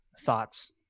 thoughts